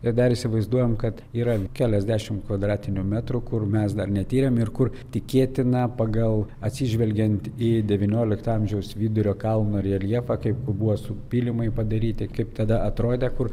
ir dar įsivaizduojam kad yra keliasdešimt kvadratinių metrų kur mes dar netyrėme ir kur tikėtina pagal atsižvelgiant į devyniolikto amžiaus vidurio kalno reljefą kaip buvo su pylimai padaryti kaip tada atrodė kur